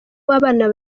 w’abana